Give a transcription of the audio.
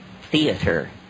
theater